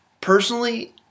personally